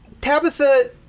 Tabitha